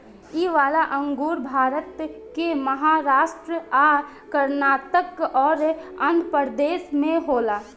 इ वाला अंगूर भारत के महाराष्ट् आ कर्नाटक अउर आँध्रप्रदेश में होला